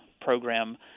program